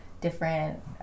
Different